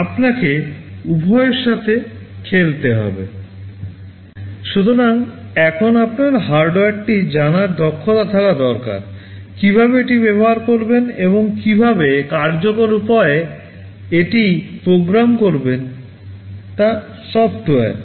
সুতরাং এখন আপনার হার্ডওয়ারটি জানার দক্ষতা থাকা দরকার কীভাবে এটি ব্যবহার করবেন এবং কীভাবে কার্যকর উপায়ে এটি প্রোগ্রাম করবেন তা সফ্টওয়্যার